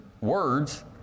words